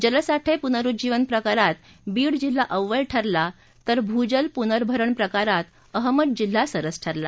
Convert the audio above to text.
जलसाठे पुनरुज्जीवन प्रकारात बीड जिल्हा अव्वल ठरला तर भूजल पुनर्भरण प्रकारात अहमदनगर जिल्हा सरस ठरला